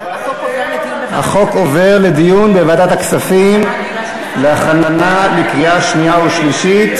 החוק עובר לדיון בוועדת הכספים להכנה לקריאה שנייה ושלישית.